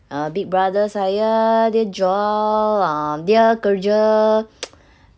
uh big brother saya dia jual um dia kerja